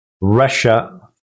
Russia